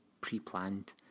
pre-planned